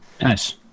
Nice